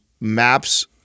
MAPS